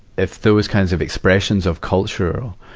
if those kinds of expressions of culture,